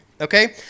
Okay